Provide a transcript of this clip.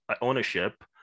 ownership